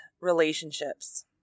relationships